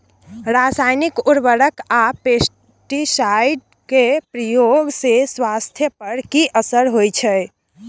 रसायनिक उर्वरक आ पेस्टिसाइड के प्रयोग से स्वास्थ्य पर कि असर होए छै?